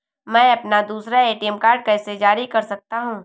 मैं अपना दूसरा ए.टी.एम कार्ड कैसे जारी कर सकता हूँ?